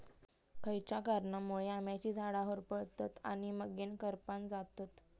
खयच्या कारणांमुळे आम्याची झाडा होरपळतत आणि मगेन करपान जातत?